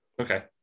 okay